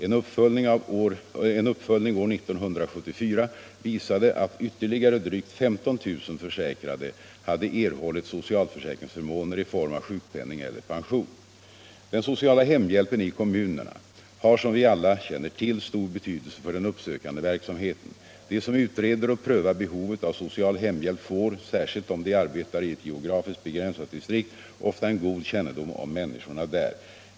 En uppföljning år 1974 visade att ytterligare drygt 15 000 försäkrade hade erhållit socialförsäkringsförmåner i form av sjukpenning eller pension. Den sociala hemhjälpen i kommunerna har som vi alla känner till stor betydelse för den uppsökande verksamheten. De som utreder och prövar behovet av social hemhjälp får, särskilt om de arbetar i ett geografiskt begränsat distrikt, ofta en god kännedom om människorna där.